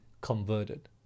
converted